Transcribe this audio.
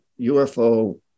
UFO